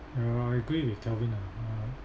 uh I agree with Kelvin ah uh